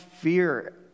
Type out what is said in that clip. fear